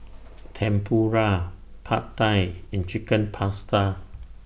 Tempura Pad Thai and Chicken Pasta